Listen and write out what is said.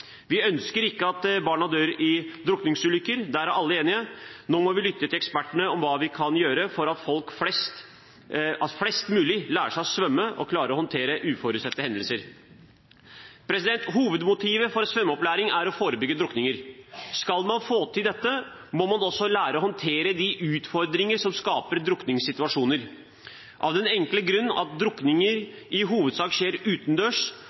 Vi ønsker ikke at barn dør i drukningsulykker – der er alle enige. Nå må vi lytte til ekspertene når det gjelder hva vi kan gjøre for at flest mulig lærer seg å svømme og klarer å håndtere uforutsette hendelser. Hovedmotivet for svømmeopplæring er å forebygge drukninger. Skal man få til dette, må man også lære å håndtere de utfordringer som skaper drukningssituasjoner. Av den enkle grunn at drukninger i hovedsak skjer